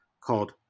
called